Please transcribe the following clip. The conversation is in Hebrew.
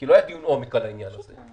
כי לא היה דיון עומק על העניין הזה.